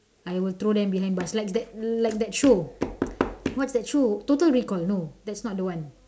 I will throw them behind bars like that like that show what's that show total recall no that's not the one